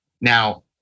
Now